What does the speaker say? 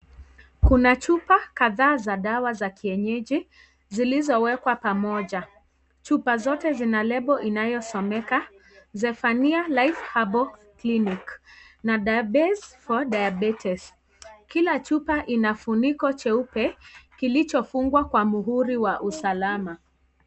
Kuna chupa kadhaa za dawa za kienyeji zilizowekwa pamoja. Chupa zote Ina lebo inayosomeka, Zephaniah Life Herbal Clinic. Na they are best for diabeties . Kila chupa kina kifuniko cheupe, kilicho fungwa kwa muhuri wa usakama.